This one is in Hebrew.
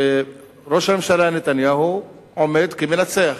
וראש הממשלה נתניהו עומד כמנצח.